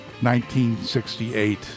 1968